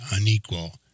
unequal